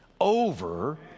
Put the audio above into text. over